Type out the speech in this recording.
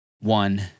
one